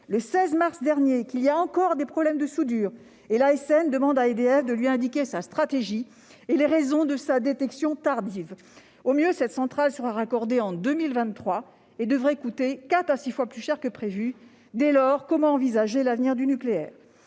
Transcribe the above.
le 16 mars dernier qu'il y avait encore des problèmes de soudure ; l'ASN a demandé à EDF de lui indiquer sa stratégie et les raisons de la détection tardive de ces problèmes. Au mieux, cette centrale sera raccordée au réseau en 2023 et devrait coûter quatre à six fois plus cher que prévu. Dès lors, comment envisager l'avenir du nucléaire ?